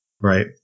right